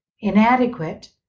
inadequate